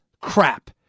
crap